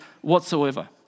whatsoever